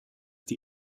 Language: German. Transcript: die